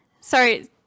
sorry